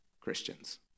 Christians